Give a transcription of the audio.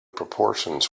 proportions